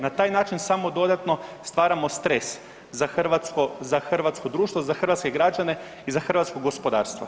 Na taj način samo dodatno stvaramo stres za hrvatsko društvo, za hrvatske građane i za hrvatsko gospodarstvo.